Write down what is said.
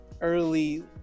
early